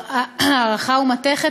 הארחה ומתכת,